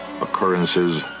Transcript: occurrences